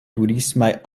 turismaj